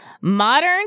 Modern